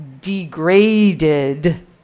Degraded